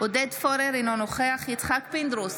עודד פורר, אינו נוכח יצחק פינדרוס,